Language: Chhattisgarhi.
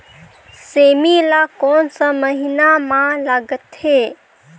सेमी ला कोन सा महीन मां लगथे?